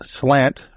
slant